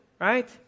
right